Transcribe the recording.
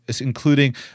including